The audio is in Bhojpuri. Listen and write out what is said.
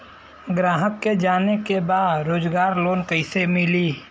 ग्राहक के जाने के बा रोजगार लोन कईसे मिली?